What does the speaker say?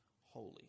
holy